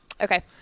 Okay